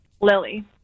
Lily